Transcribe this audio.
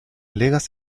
legas